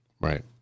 Right